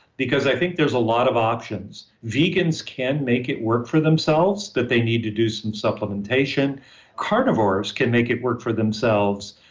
because i think there's a lot of options vegans can make it work for themselves, but they need to do some supplementation carnivores can make it work for themselves,